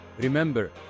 Remember